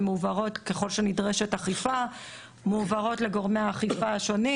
הן מועברות ככל שנדרשת אכיפה לגורמי האכיפה השונים,